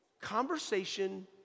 conversation